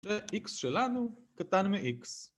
‫ה-X שלנו, קטן מ- X.